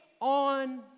on